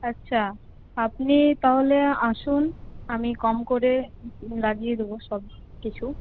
আচ্ছা আপনি তাহলে আসুন আমি কম করে লাগিয়ে দেবো সবকিছু